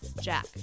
Jack